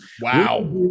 Wow